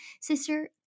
sister